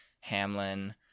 Hamlin